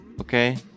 okay